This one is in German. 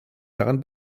daran